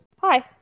Hi